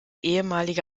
ehemalige